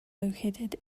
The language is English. located